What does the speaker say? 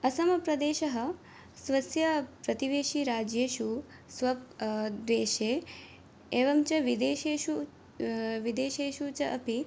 असमप्रदेशः स्वस्य प्रतिवेशिराज्येषु स्व द्वेशे एवं च विदेशेषु विदेशेषु च अपि